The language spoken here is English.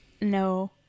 No